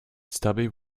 stubby